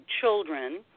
children